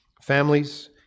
families